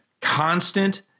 constant